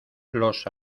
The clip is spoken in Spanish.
los